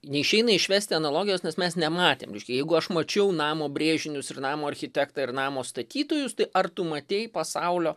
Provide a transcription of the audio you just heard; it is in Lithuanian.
neišeina išvesti analogijos nes mes nematėm reiškia jeigu aš mačiau namo brėžinius ir namo architektą ir namo statytojus tai ar tu matei pasaulio